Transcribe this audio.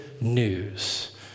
news